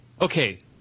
Okay